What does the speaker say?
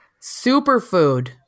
Superfood